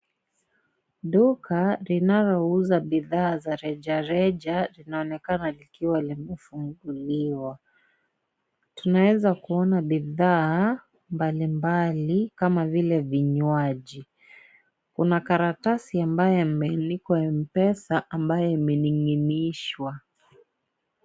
Duka linalouza bidhaa za reja reja linaonekana likiwa limefunguliwa, tunaweza kuona bidhaa mbali mbali kama vile vinywaji, kuna karatasi ambayo imeandikwa Mpesa ambayo imening'inishwa.